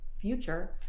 future